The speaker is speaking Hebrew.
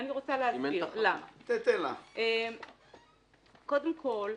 קודם כל,